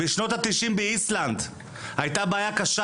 בשנות התשעים באיסלנד הייתה בעיה קשה